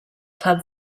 club